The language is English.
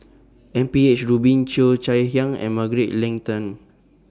M P H Rubin Cheo Chai Hiang and Margaret Leng Tan